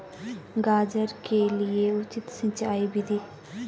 गाजर के लिए उचित सिंचाई विधि?